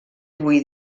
avui